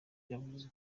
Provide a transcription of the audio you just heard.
yavuze